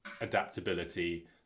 adaptability